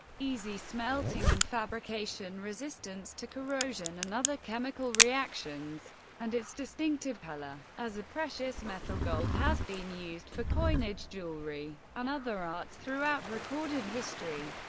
easy smelting and fabrication, resistance to corrosion and other chemical reactions and its distinctive color. as a precious metal, gold has been used for coinage, jewelry, and other arts throughout recorded history.